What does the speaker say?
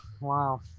wow